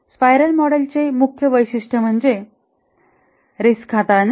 स्पाइरलं मॉडेलचे मुख्य वैशिष्ट्य म्हणजे रिस्क हाताळणे